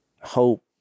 hope